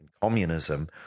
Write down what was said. communism